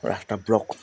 ৰাস্তা ব্লক